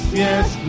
yes